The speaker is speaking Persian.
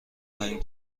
خواهیم